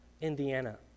Indiana